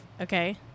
Okay